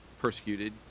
persecuted